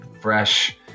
fresh